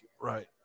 right